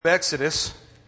exodus